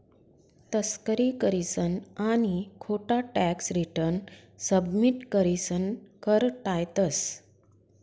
तस्करी करीसन आणि खोटा टॅक्स रिटर्न सबमिट करीसन कर टायतंस